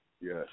yes